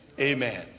Amen